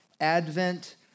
Advent